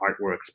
artworks